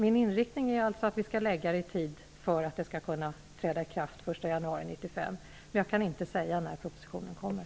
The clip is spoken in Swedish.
Min inriktning är att förslaget skall läggas fram i tid för att den nya ordningen skall kunna träda i kraft den 1 januari 1995, men jag kan inte säga när propositionen kommer.